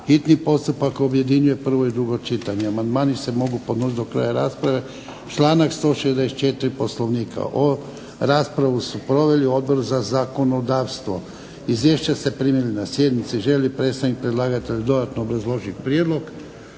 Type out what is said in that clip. hitni postupak objedinjuje prvo i drugo čitanje. Amandmani se mogu podnositi do kraja rasprave, članak 164. Poslovnika. Raspravu su proveli Odbor za zakonodavstvo. Izvješća ste primili na sjednici. Želi li predstavnik predlagatelja dodatno obrazložiti prijedlog?